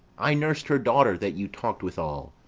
i nurs'd her daughter that you talk'd withal.